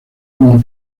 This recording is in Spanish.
como